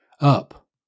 Up